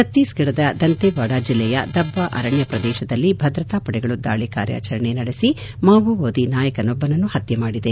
ಛತ್ತೀಸ್ಗಢದ ದಂತೇವಾಡ ಜಿಲ್ಲೆಯ ದಬ್ಬಾ ಅರಣ್ಯ ಪ್ರದೇಶದಲ್ಲಿ ಭದ್ರತಾಪಡೆಗಳು ದಾಳಿ ಕಾರ್ಯಾಚರಣೆ ನಡೆಸಿ ಮಾವೋವಾದಿ ನಾಯಕನನ್ನು ಹತ್ಯೆ ಮಾಡಿದೆ